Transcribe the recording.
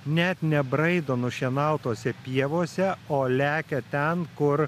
net nebraido nušienautose pievose o lekia ten kur